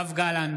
יואב גלנט,